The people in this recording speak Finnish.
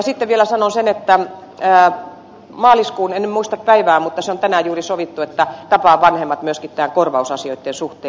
sitten vielä sanon sen että maaliskuussa en muista päivää mutta se on juuri tänään sovittu tapaan vanhemmat myös näitten korvausasioitten suhteen